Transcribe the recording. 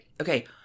Okay